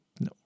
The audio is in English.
no